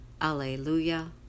Alleluia